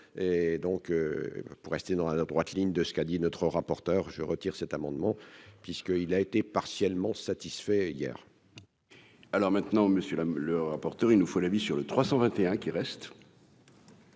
et donc pour rester dans la droite ligne de ce qu'a dit notre rapporteur, je retire cet amendement puisqu'il a été partiellement satisfait hier. Alors maintenant Monsieur là, le rapporteur, il nous faut l'avis sur le 321 qui reste.